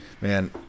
Man